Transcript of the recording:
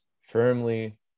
firmly